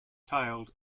tailed